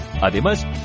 Además